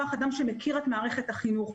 שמכיר את מערכת החינוך,